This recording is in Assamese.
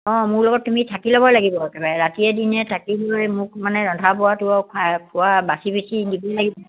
অঁ মোৰ লগত তুমি থাকি ল'ব লাগিব একেবাৰে ৰাতিয়ে দিনে থাকি লৈ মোক মানে ৰন্ধা বঢ়াটো আৰু খোৱা বাচি বাচি দিব লাগিব